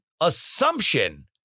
assumption